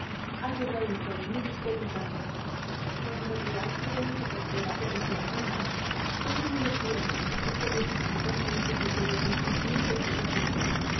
ha quebrado el juego mire usted mi cartón en realidad lo único que ha quebrado es la línea todo el mundo pierde excepto el viejecito y un señor que había puesto pesetas a negro